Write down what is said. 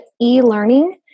e-learning